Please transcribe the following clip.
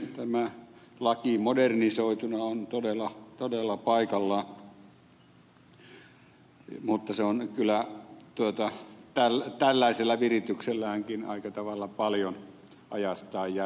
tämä laki modernisoituna on todella todella paikallaan mutta se on kyllä tällaisella viritykselläänkin aika tavalla paljon ajastaan jäljessä